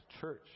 church